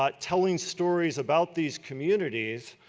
but telling stories about these communities.